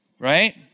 Right